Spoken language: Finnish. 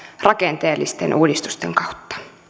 rakenteellisten uudistusten kautta